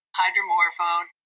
hydromorphone